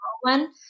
one